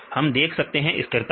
हम देख सकते हैं स्थिरता को